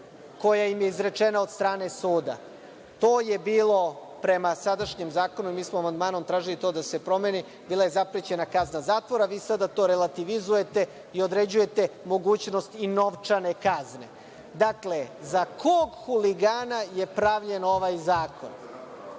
koja im je izrečena od strane suda. To je bilo prema sadašnjem zakonu i mi smo tražili amandmanom tražili to da se promeni, bila je zaprećena kazna zatvora. Vi sada to relativizujete i određujete mogućnost i novčane kazne. Dakle, za kog huligana je pravljen ovaj zakon?